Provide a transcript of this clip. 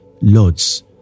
lords